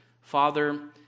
Father